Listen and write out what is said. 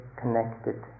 connected